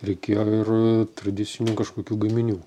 reikėjo ir tradicinių kažkokių gaminių